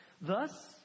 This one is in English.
Thus